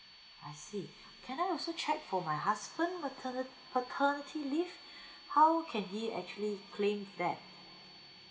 I see can I also check for my husband patern~ paternity leave how can he actually claim that